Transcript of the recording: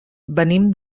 venim